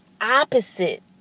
opposite